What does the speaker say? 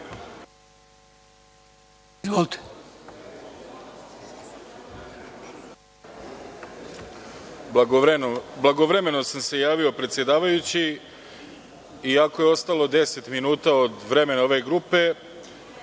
Blagovremeno sam se javio, predsedavajući. Iako je ostalo 10 minuta od vremena ove grupe